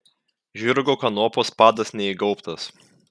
žirgo kanopos padas neįgaubtas